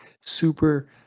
super